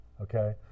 okay